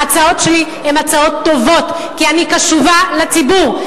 ההצעות שלי הן הצעות טובות, כי אני קשובה לציבור.